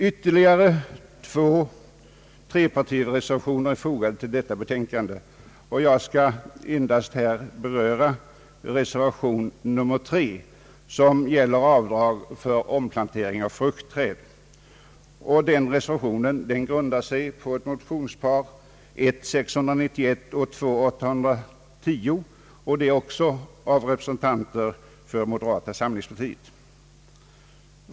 Ytterligare två trepartimotioner är fogade till detta betänkande, Jag skall här endast beröra reservationen 3, som gäller avdrag för omplantering av fruktträd. Reservationen grundar sig på motionsparet I: 691 och II: 810, också av representanter för moderata samlingspartiet.